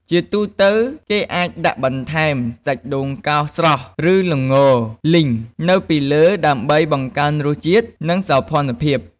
ជាទូទៅ គេអាចដាក់បន្ថែម សាច់ដូងកោសស្រស់ ឬ ល្ងលីង នៅពីលើដើម្បីបង្កើនរសជាតិ និងសោភ័ណភាព។